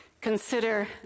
Consider